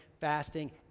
fasting